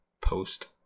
post